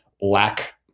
lack